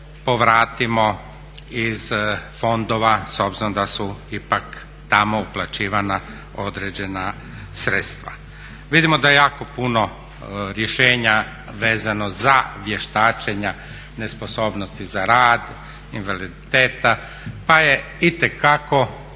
povratimo iz fondova s obzirom da su ipak tamo uplaćivana određena sredstva. Vidimo da je jako puno rješenja vezano za vještačenja nesposobnosti za rad, invaliditeta, pa je itekako